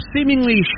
seemingly